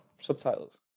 Subtitles